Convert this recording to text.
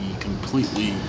completely